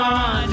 on